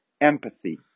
empathy